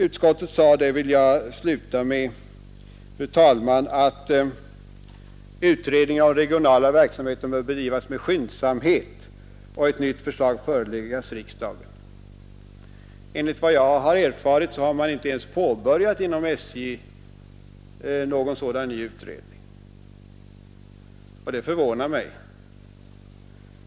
Utskottet sade alltså att utredningen om den regionala verksamheten bör bedrivas med skyndsamhet och att ett nytt förslag föreläggs riksdagen. Enligt vad jag erfarit har man inom SJ inte ens påbörjat någon sådan ny utredning. Det förvånar mig.